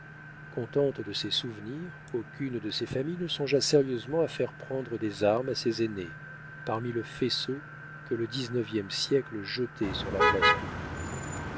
contente de ses souvenirs aucune de ces familles ne songea sérieusement à faire prendre des armes à ses aînés parmi le faisceau que le dix-neuvième siècle jetait sur la place publique